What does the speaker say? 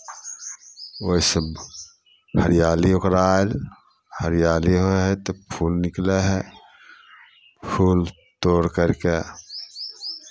ओहिसँ हरियाली ओकरा आयल हरियाली होइ हइ तऽ फूल निकलै हइ फूल तोड़ि करि कऽ